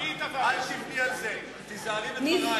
אל תבני על זה, תיזהרי בדברייך.